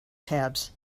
tabs